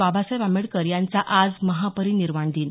बाबासाहेब आंबेडकर यांचा आज महापरिनिर्वाण दिन